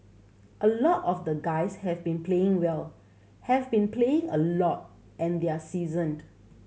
a lot of the guys have been playing well have been playing a lot and they're seasoned